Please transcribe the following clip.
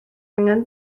angen